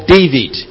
David